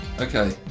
Okay